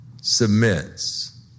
submits